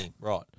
Right